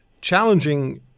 challenging